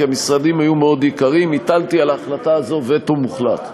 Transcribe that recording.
כי המשרדים היו מאוד יקרים הטלתי על ההחלטה הזאת וטו מוחלט,